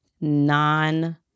non